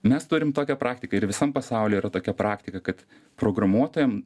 mes turim tokią praktiką ir visam pasauly yra tokia praktika kad programuotojam